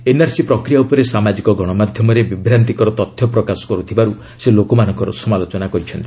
NRC ପ୍ରକ୍ରିୟା ଉପରେ ସାମାଜିକ ଗଣମାଧ୍ୟମରେ ବିଭ୍ରାନ୍ତିକର ତଥ୍ୟ ପ୍ରକାଶ କରୁଥିବାରୁ ସେ ଲୋକମାନଙ୍କର ସମାଲୋଚନା କରିଛନ୍ତି